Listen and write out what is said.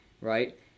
Right